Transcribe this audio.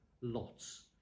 lots